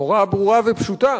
הוראה ברורה ופשוטה,